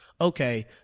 Okay